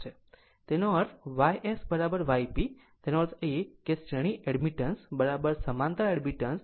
તેનો અર્થ Y SY P તેનો અર્થ એ કે શ્રેણી એડમિટન્સ સમાંતર એડમિટન્સ અને આ બ્રાન્ચીસ Rp અને XP છે